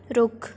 ਰੁੱਖ